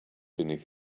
beneath